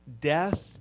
Death